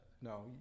no